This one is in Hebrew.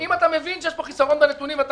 אם אתה מבין שיש פה חיסרון בנתונים ואתה